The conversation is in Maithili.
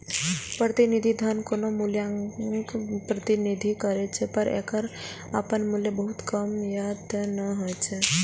प्रतिनिधि धन कोनो मूल्यक प्रतिनिधित्व करै छै, पर एकर अपन मूल्य बहुत कम या नै होइ छै